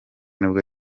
nibwo